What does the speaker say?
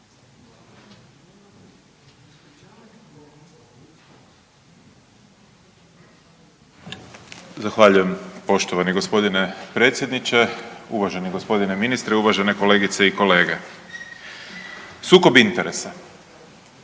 Zahvaljujem poštovani gospodine predsjedniče. Uvaženi gospodine ministre, uvažene kolegice i kolege, sukob interesa